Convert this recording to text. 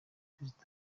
perezida